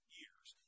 years